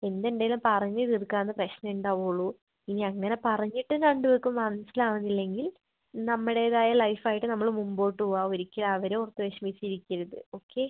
എന്തുണ്ടേലും പറഞ്ഞ് തീർക്കാവുന്ന പ്രശ്നം ഉണ്ടാവുള്ളൂ ഇനി അങ്ങനെ പറഞ്ഞിട്ടും രണ്ടുപേർക്കും മനസ്സിലാവുന്നില്ലെങ്കിൽ നമ്മുടേതായ ലൈഫ് ആയിട്ട് നമ്മൾ മുമ്പോട്ട് പോവുക ഒരിക്കലും അവരെ ഓർത്ത് വിഷമിച്ചിരിക്കരുത് ഓക്കെ